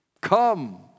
Come